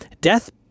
death